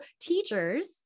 teachers